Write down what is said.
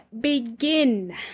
begin